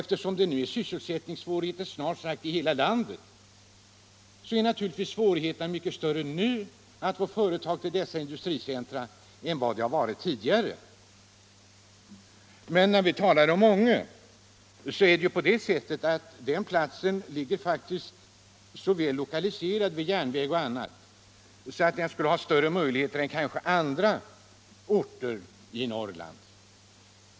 Eftersom det nu är sysselsättningssvårigheter snart sagt i hela landet, så är naturligtvis svårigheterna mycket större nu när det gäller att få företag till dessa industricentra än vad det har varit tidigare. Men vi talade om Ånge. Den orten ligger faktiskt så väl lokaliserad vid järnväg och i andra avseenden att den skulle ha större möjligheter än kanske andra orter i Norrland.